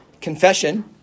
confession